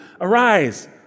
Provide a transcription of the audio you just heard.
Arise